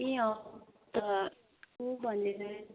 ए अन्त